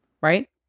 right